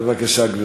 בבקשה, גברתי.